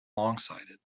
longsighted